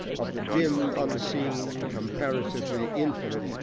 of the dim, unseen, comparatively infinite,